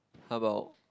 how about